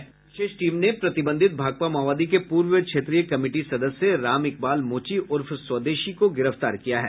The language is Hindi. एसटीएफ की विशेष टीम ने प्रतिबंधित भाकपा माओवादी के पूर्व क्षेत्रीय कमिटी सदस्य रामएकबाल मोची उर्फ स्वदेशी को गिरफ्तार किया है